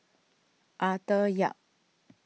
Arthur Yap